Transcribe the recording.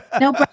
No